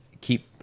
keep